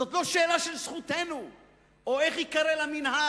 זאת לא שאלה של זכותנו או איך ייקרא למינהל,